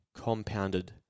compounded